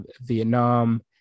Vietnam